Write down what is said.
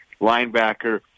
linebacker